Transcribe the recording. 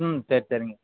ம் சரி சரிங்க